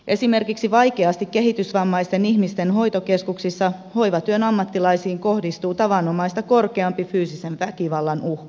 esimerkiksi vaikeasti kehitysvammaisten ihmisten hoitokeskuksissa hoivatyön ammattilaisiin kohdistuu tavanomaista korkeampi fyysisen väkivallan uhka